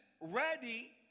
ready